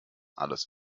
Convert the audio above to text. alles